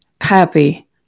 Happy